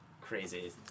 crazy